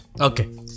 okay